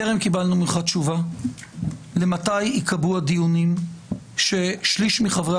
טרם קיבלנו ממך תשובה מתי ייקבעו הדיונים ששליש מחברי